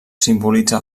simbolitza